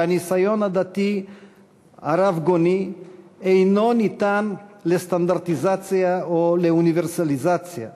ש"הניסיון הדתי הרבגוני אינו ניתן לסטנדרטיזציה או לאוניברסליזציה",